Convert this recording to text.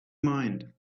mind